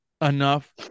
enough